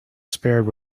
spared